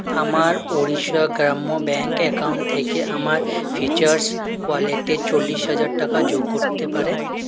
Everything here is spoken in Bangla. আমার ওড়িশা গ্রাম্য ব্যাংক অ্যাকাউন্ট থেকে আমার ফ্রিচার্জ ওয়ালেটে চল্লিশ হাজার টাকা যোগ করতে পারেন